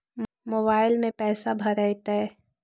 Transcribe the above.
Mobile में पैसा भरैतैय?